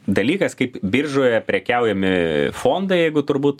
dalykas kaip biržoje prekiaujami fondai jeigu turbūt